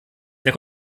der